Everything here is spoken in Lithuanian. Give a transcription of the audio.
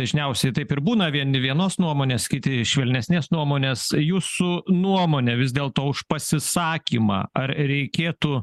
dažniausiai taip ir būna vieni vienos nuomonės kiti švelnesnės nuomonės jūsų nuomone vis dėlto už pasisakymą ar reikėtų